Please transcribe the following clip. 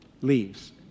leaves